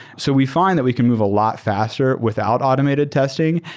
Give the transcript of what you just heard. so we find that we can move a lot faster without automated testing.